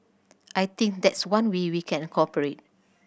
I think that's one way we can corporate